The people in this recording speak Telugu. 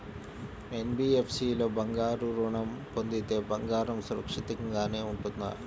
ఎన్.బీ.ఎఫ్.సి లో బంగారు ఋణం పొందితే బంగారం సురక్షితంగానే ఉంటుందా?